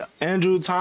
Andrew